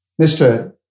Mr